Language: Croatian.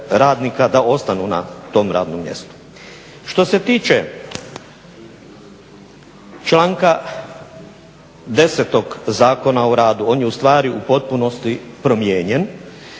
da ostanu na tom radnom mjestu. Što se tiče članka 10. Zakona o radu on je ustvari u potpunosti promijenjen